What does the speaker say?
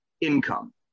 income